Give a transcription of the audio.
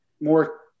more